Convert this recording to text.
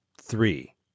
Three